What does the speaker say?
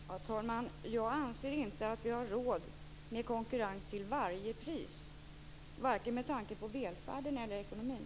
Herr talman! Jag anser inte att vi har råd med konkurrens till varje pris, vare sig med tanke på välfärden eller ekonomin.